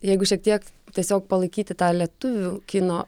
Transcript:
jeigu šiek tiek tiesiog palaikyti tą lietuvių kino